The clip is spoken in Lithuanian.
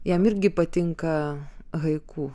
jam irgi patinka haiku